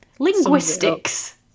linguistics